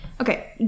okay